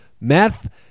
meth